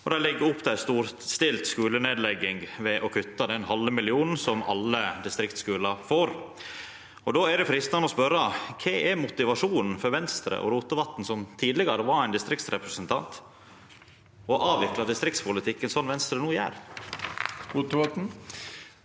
og dei legg opp til ei storstilt skulenedlegging ved å kutta den halve millionen som alle distriktsskular får. Då er det freistande å spørja: Kva er motivasjonen for Venstre og Rotevatn, som tidlegare var ein distriktsrepresentant, for å avvikla distriktspolitikken slik Venstre no gjer? Sveinung